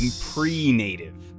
pre-native